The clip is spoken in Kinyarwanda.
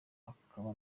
akaba